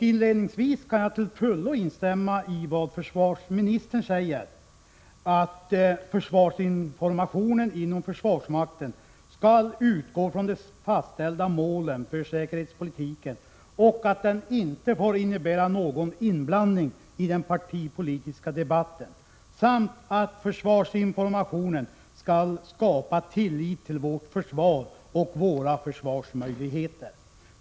Inledningsvis vill jag till fullo instämma i försvarsministerns uttalande om att försvarsinformationen inom försvarsmakten skall utgå från de fastställda målen för säkerhetspolitiken, att den inte får innebära någon inblandning i den partipolitiska debatten samt att den skall skapa tillit till vårt försvar och våra försvarsmöjligheter.